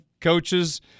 coaches